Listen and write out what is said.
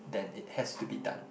then it has to be done